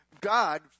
God